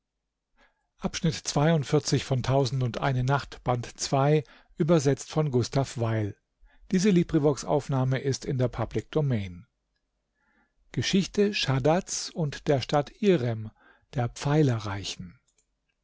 geschichte schaddads und der stadt irem der pfeilerreichen